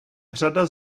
řada